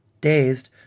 Dazed